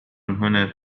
هنا